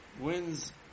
wins